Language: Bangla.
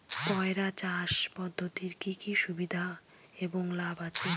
পয়রা চাষ পদ্ধতির কি কি সুবিধা এবং লাভ আছে?